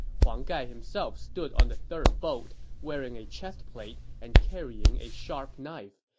huang gai himself stood on the third boat, wearing a chestplate and carrying a sharp knife.